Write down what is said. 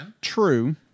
true